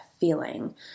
feeling